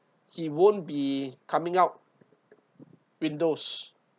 he won't be coming out windows